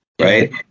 Right